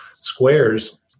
squares